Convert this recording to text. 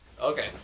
Okay